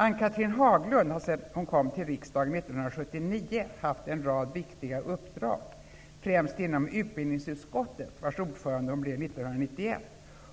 Ann-Cathrine Haglund har sedan hon kom till riksdagen 1979 haft en rad viktiga uppdrag, främst inom utbildningsutskottet, vars ordförande hon blev 1991,